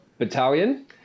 battalion